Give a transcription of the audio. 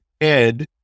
Ed